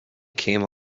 came